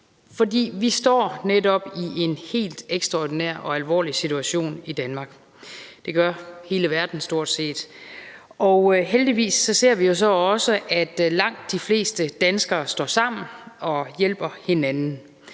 For vi står netop i en helt ekstraordinær og alvorlig situation i Danmark. Det gør stort set hele verden. Og heldigvis ser vi jo så også, at langt de fleste danskere står sammen og hjælper hinanden.